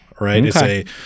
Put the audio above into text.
right